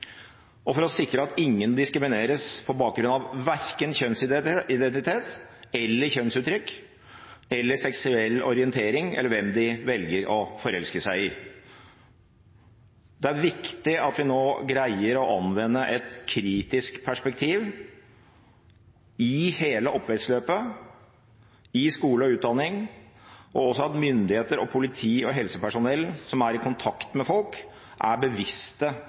og for å sikre at ingen diskrimineres på bakgrunn av verken kjønnsidentitet, kjønnsuttrykk, seksuell orientering eller hvem de velger å forelske seg i. Det er viktig at vi nå greier å anvende et kritisk perspektiv i hele oppvekstløpet, i skole og utdanning, og også at myndigheter, politi og helsepersonell, som er i kontakt med folk, er bevisste